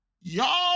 Y'all